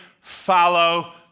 Follow